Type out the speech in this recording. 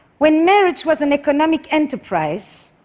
when marriage was an economic enterprise,